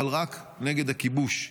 אבל רק נגד ה"כיבוש".